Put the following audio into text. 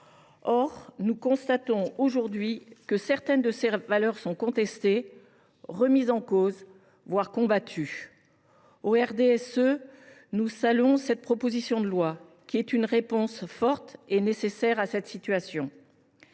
Or nous constatons à l’heure actuelle que certaines de ces valeurs sont contestées, remises en cause, voire combattues. Le RDSE salue cette proposition de loi, qui est une réponse, forte et nécessaire, à cette situation.